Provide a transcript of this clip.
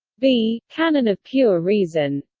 b. canon of pure reason